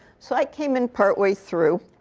so i came in part way through.